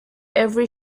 every